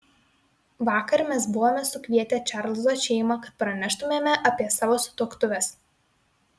vakar mes buvome sukvietę čarlzo šeimą kad praneštumėme apie savo sutuoktuves